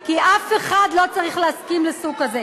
כי אף אחד לא צריך להסכים לסוג כזה,